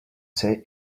say